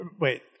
Wait